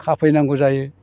खाफैनांगौ जायो